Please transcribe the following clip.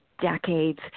decades